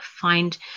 find